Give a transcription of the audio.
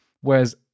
Whereas